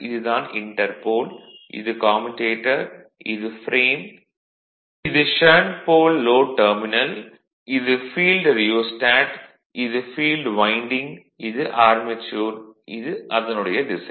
இது தான் இன்டர்போல் இது கம்யூடேட்டர் இது ஃப்ரேம் இது ஷன்ட் போல் லோட் டெர்மினல்ஸ் இது ஃபீல்டு ரியோஸ்டேட் இது ஃபீல்டு வைண்டிங் இது ஆர்மெச்சூர் இது அதனுடைய திசை